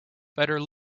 better